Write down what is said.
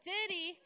Diddy